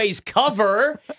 cover